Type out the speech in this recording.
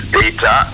data